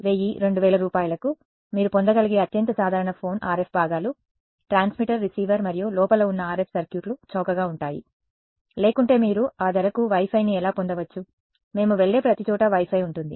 1000 2000 రూపాయలకు మీరు పొందగలిగే అత్యంత సాధారణ ఫోన్ RF భాగాలు ట్రాన్స్మిటర్ రిసీవర్ మరియు లోపల ఉన్న RF సర్క్యూట్లు చౌకగా ఉంటాయి లేకుంటే మీరు ఆ ధరకు Wi Fiని ఎలా పొందవచ్చు మేము వెళ్ళే ప్రతి చోట Wi Fi ఉంటుంది